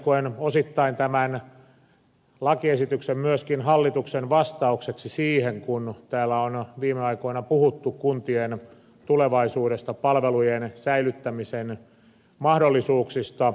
koen osittain tämän lakiesityksen myöskin hallituksen vastaukseksi siihen kun täällä on viime aikoina puhuttu kuntien tulevaisuudesta palvelujen säilyttämisen mahdollisuuksista